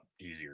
easier